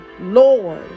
Lord